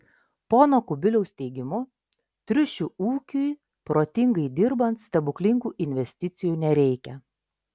pono kubiliaus teigimu triušių ūkiui protingai dirbant stebuklingų investicijų nereikia